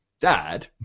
dad